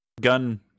gun